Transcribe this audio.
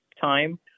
time